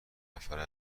نفره